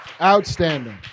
Outstanding